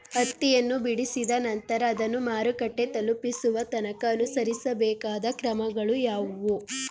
ಹತ್ತಿಯನ್ನು ಬಿಡಿಸಿದ ನಂತರ ಅದನ್ನು ಮಾರುಕಟ್ಟೆ ತಲುಪಿಸುವ ತನಕ ಅನುಸರಿಸಬೇಕಾದ ಕ್ರಮಗಳು ಯಾವುವು?